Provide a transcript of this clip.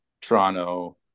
Toronto